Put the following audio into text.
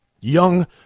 young